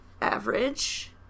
average